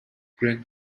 gregg